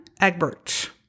Egbert